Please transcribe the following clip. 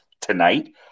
tonight